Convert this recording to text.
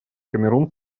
камерун